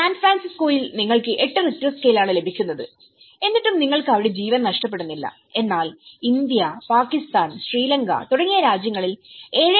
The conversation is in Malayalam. സാൻ ഫ്രാൻസിസ്കോയിൽ നിങ്ങൾക്ക് എട്ട് റിക്ടർ സ്കെയിലാണ് ലഭിക്കുന്നത് എന്നിട്ടും നിങ്ങൾക്ക് അവിടെ ജീവൻ നഷ്ടപ്പെടുന്നില്ല എന്നാൽ ഇന്ത്യ പാകിസ്ഥാൻ ശ്രീലങ്ക തുടങ്ങിയ രാജ്യങ്ങളിൽ 7